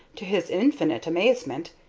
to his infinite amazement,